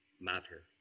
matter